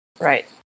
right